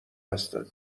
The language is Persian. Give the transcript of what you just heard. هستن